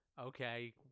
okay